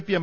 P M